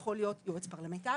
יכול להיות יועץ פרלמנטרי,